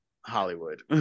Hollywood